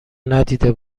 ندیده